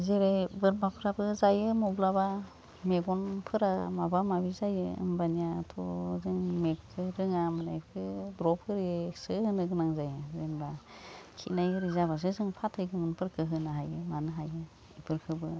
जेरै बोरमाफ्राबो जायो माब्लाबा मेगनफोरा माबा माबि जायो होमबानियाथ' जों मेगखौ रोङा माने इखो द्रप होयो होनो गोनां जायो जेनबा खिनाय हिरि जाबासो जों फाथै गोमोनफोरखौ होनो हायो मानो हायो बेफोरखौबो